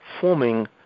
forming